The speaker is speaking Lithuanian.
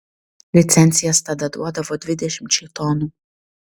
licencijas tada duodavo dvidešimčiai tonų